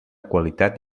qualitat